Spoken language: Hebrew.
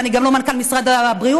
ואני גם לא מנכ"ל משרד הבריאות,